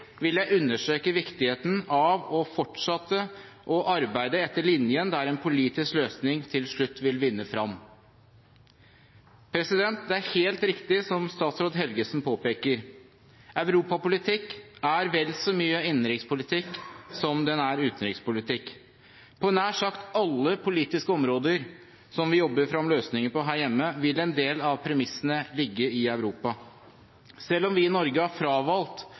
vil jeg understreke viktigheten av å fortsette å arbeide etter linjen der en politisk løsning til slutt vil vinne frem. Det er helt riktig som statsråden Helgesen påpeker: Europapolitikk er vel så mye innenrikspolitikk som utenrikspolitikk. På nær sagt alle politiske områder som vi jobber frem løsninger på her hjemme, vil en del av premissene ligge i Europa. Selv om vi i Norge har fravalgt